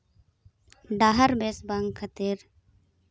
ᱰᱟᱦᱟᱨ ᱵᱮᱥ ᱵᱟᱝ ᱠᱷᱟᱹᱛᱤᱨ